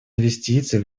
инвестиций